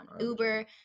uber